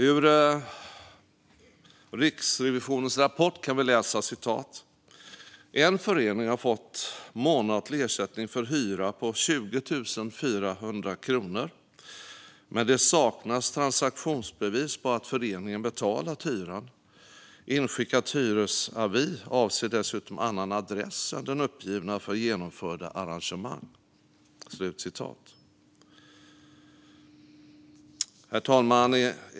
I Riksrevisionens rapport kan vi läsa: "En förening har fått månatlig ersättning för hyra på 20 400 kronor men det saknas transaktionsbevis på att föreningen betalat hyran. Inskickad hyresavi avser dessutom annan adress än den uppgivna för genomförda arrangemang." Herr talman!